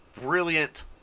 brilliant